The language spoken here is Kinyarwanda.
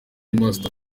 master